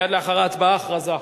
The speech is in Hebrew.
מייד לאחר ההצבעה, הכרזה.